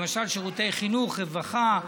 למשל שירותי חינוך, רווחה,